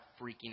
freaking